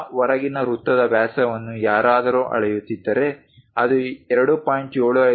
ಆ ಹೊರಗಿನ ವೃತ್ತದ ವ್ಯಾಸವನ್ನು ಯಾರಾದರೂ ಅಳೆಯುತ್ತಿದ್ದರೆ ಅದು 2